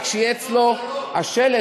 רק שיהיה אצלו השלט,